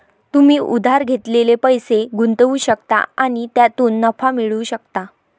तुम्ही उधार घेतलेले पैसे गुंतवू शकता आणि त्यातून नफा मिळवू शकता